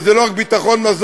וזה לא רק ביטחון מזון,